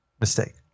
mistake